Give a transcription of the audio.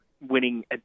winning